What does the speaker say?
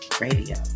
Radio